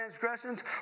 transgressions